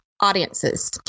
audiences